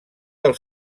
del